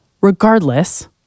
Regardless